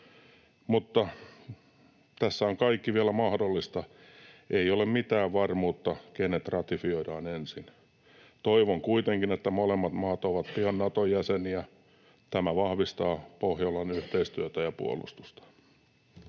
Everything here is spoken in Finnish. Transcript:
Mutta tässä on kaikki vielä mahdollista: ei ole mitään varmuutta, kenet ratifioidaan ensin. Toivon kuitenkin, että molemmat maat ovat pian Nato-jäseniä. Tämä vahvistaa Pohjolan yhteistyötä ja puolustusta.